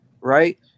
right